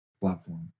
platform